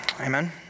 amen